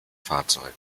fahrzeuge